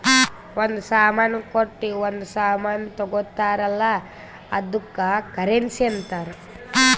ಒಂದ್ ಸಾಮಾನ್ ಕೊಟ್ಟು ಒಂದ್ ಸಾಮಾನ್ ತಗೊತ್ತಾರ್ ಅಲ್ಲ ಅದ್ದುಕ್ ಕರೆನ್ಸಿ ಅಂತಾರ್